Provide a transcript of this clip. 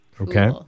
Okay